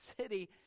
city